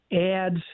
adds